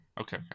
Okay